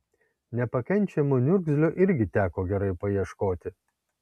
nepakenčiamo niurgzlio irgi teko gerai paieškoti